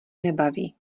nebaví